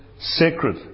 sacred